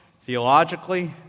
theologically